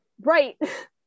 right